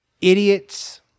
idiots